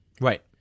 Right